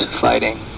fighting